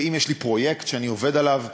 ואם היה לי פרויקט שאני עובד עליו,